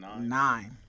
Nine